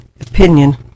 opinion